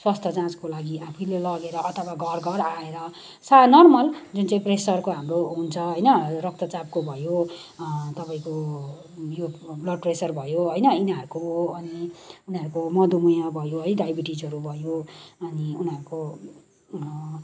स्वास्थ्य जाँचको लागि आफैले लगेर अथवा घर घर आएर नर्मल जुन चाहिँ प्रेसरको हाम्रो हुन्छ होइन रक्तचापको भयो तपाईँको यो ब्लड प्रेसर भयो होइन यिनीहरूको अनि उनीहरूको मधुमेह भयो है डायबिटिजहरू भयो अनि उनीहरूको